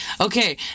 okay